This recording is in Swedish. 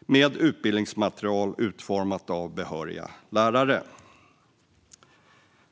med utbildningsmaterial utformat av behöriga lärare.